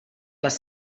les